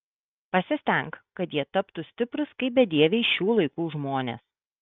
pasistenk kad jie taptų stiprūs kaip bedieviai šių laikų žmonės